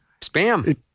spam